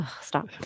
stop